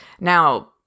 Now